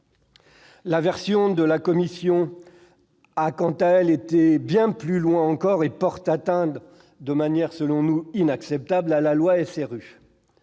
La version de la commission a, quant à elle, été bien plus loin encore. Elle porte atteinte de manière, selon nous, inacceptable à la loi SRU,